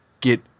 get